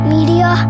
Media